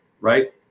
right